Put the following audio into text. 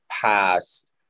Past